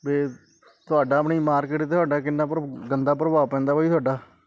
B ਤੁਹਾਡਾ ਆਪਣੀ market ਤੁਹਾਡਾ ਕਿੰਨਾ ਪ੍ਰ ਗੰਦਾ ਪ੍ਰਭਾਵ ਪੈਂਦਾ ਭਾਅ ਜੀ ਤੁਹਾਡਾ